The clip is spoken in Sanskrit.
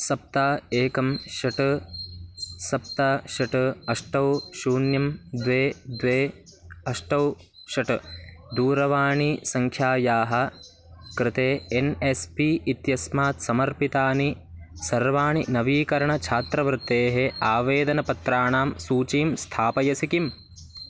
सप्त एकं षट् सप्त षट् अष्ट शून्यं द्वे द्वे अष्ट षट् दूरवाणीसङ्ख्यायाः कृते एन् एस् पी इत्यस्मात् समर्पितानि सर्वाणि नवीकरणछात्रवृत्तेः आवेदनपत्राणां सूचीं स्थापयसि किम्